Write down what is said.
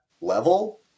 level